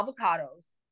avocados